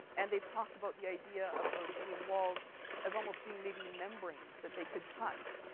and they've talked about the idea of those cave walls as almost being maybe membranes that they could touch,